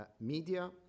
media